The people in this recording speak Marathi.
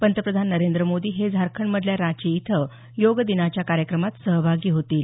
पंतप्रधान नरेंद्र मोदी हे झारखंडमधल्या रांची इथं योग दिनाच्या कार्यक्रमात सहभागी होतील